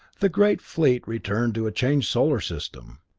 the great fleet returned to a changed solar system.